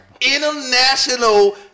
international